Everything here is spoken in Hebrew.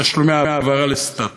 ותשלומי העברה, לסטטוס.